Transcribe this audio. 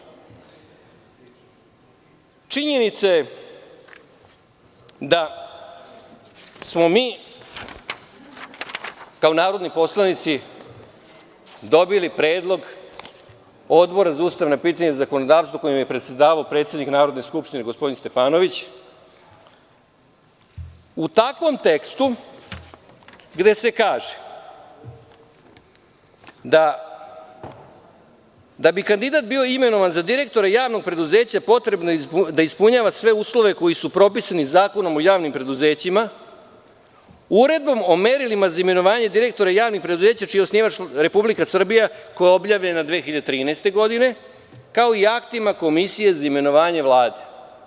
Činjenica je da smo mi kao narodni poslanici dobili predlog Odbora za ustavna pitanja i zakonodavstvo kojim je predsedavao predsednik Narodne skupštine, gospodin Stefanović u takvom tekstu gde se kaže: da bi kandidat bio imenovan za direktora javnog preduzeća potrebno je da ispunjava sve uslove koji su propisani Zakonom o javnim preduzećima, Uredbom o merilima za imenovanje direktora javnih preduzeća čiji je osnivač Republika Srbija koja je objavljena 2013. godine, kao i aktima Komisije za imenovanje Vlade.